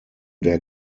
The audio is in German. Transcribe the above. der